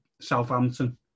Southampton